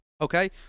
okay